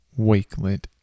Wakelet